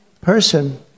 person